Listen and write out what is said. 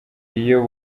iyo